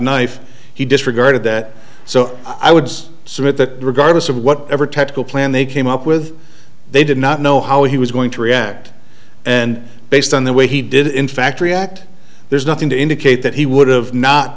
knife he disregarded that so i would submit that regardless of whatever tactical plan they came up with they did not know how he was going to react and based on the way he did in fact react there's nothing to indicate that he would have not